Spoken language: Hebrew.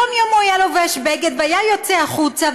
יום-יום הוא היה לובש בגד והיה יוצא החוצה,